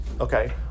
Okay